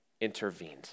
intervened